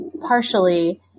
partially